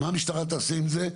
מה המשטרה תעשה עם זה?